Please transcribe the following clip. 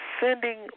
sending